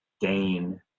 gain